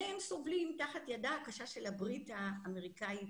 שניהם סובלים תחת ידה הקשה של הברית האמריקאית-ישראלית.